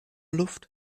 luft